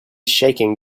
shaking